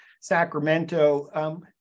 Sacramento